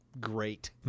great